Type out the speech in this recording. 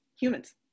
humans